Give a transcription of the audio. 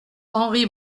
henry